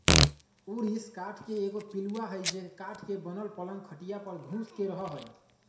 ऊरिस काठ के एगो पिलुआ हई जे काठ के बनल पलंग खटिया पर घुस के रहहै